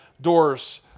doors